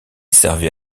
servait